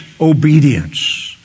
obedience